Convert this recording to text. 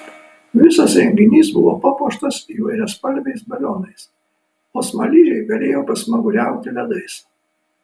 visas renginys buvo papuoštas įvairiaspalviais balionais o smaližiai galėjo pasmaguriauti ledais